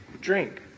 drink